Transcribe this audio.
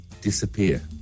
disappear